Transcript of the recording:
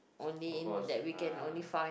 of course uh